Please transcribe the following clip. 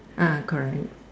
ah correct